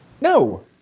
No